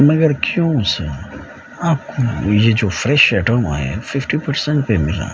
مگر کیوں سر آپ کو يہ جو فريش آٮٔٹم ہوا ہے ففٹى پرسنٹ پہ ملا